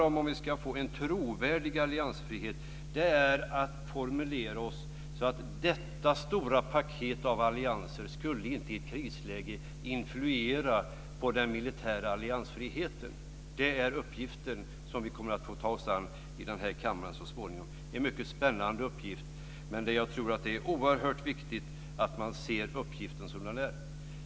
Om vi ska få en trovärdig alliansfrihet så handlar det om att formulera sig så att detta stora paket av allianser i ett krisläge inte skulle influera den militära alliansfriheten. Det är den uppgift som vi kommer att få ta oss an i den här kammaren så småningom. Det är en mycket spännande uppgift, men jag tror att det är oerhört viktigt att man ser den som den är.